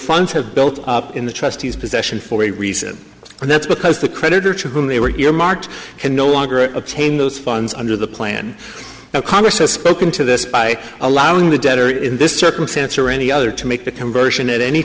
funds have built up in the trustees possession for a reason and that's because the creditor to whom they were here mark can no longer obtain those funds under the plan of congress has spoken to this by allowing the debtor in this circumstance or any other to make the conversion at any